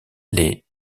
les